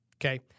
okay